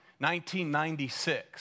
1996